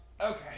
okay